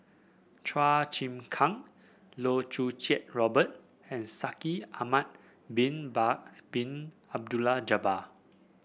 Chua Chim Kang Loh Choo Kiat Robert and Shaikh Ahmad Bin Bakar Bin Abdullah Jabbar